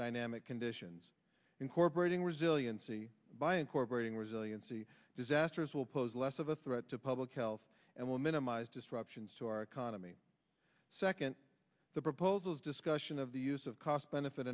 dynamic conditions incorporating resiliency by incorporating resiliency disasters will pose less of a threat to public health and will minimize disruptions to our economy second the proposals discussion of the use of cost benefit